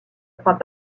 crois